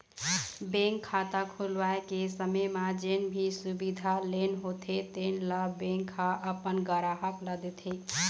bank खाता खोलवाए के समे म जेन भी सुबिधा लेना होथे तेन ल बेंक ह अपन गराहक ल देथे